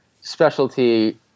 specialty